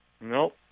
Nope